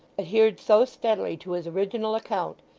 adhered so steadily to his original account,